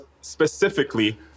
specifically